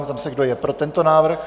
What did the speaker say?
Ptám se, kdo je pro tento návrh.